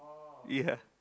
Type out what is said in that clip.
ya